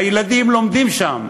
הילדים לומדים שם,